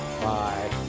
bye